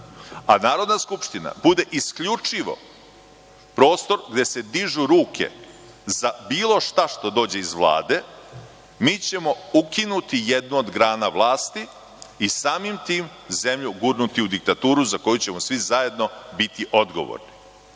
a Narodna skupština bude isključivo prostor gde se dižu ruke za bilo šta što dođe iz Vlade, mi ćemo ukinuti jednu od grana vlasti i samim tim zemlju gurnuti u diktaturu za koju ćemo svi zajedno biti odgovorni.S